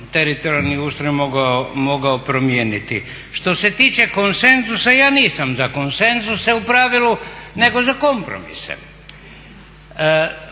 teritorijalni ustroj mogao promijeniti. Što se tiče konsenzusa ja nisam za konsenzuse u pravilu nego za kompromise.